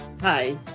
Hi